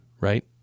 right